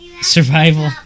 Survival